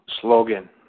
Slogan